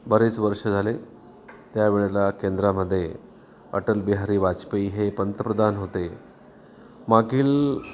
बरेच वर्ष झाले त्यावेळेला केंद्रामध्ये अटलबिहारी वाजपेयी हे पंतप्रधान होते मागील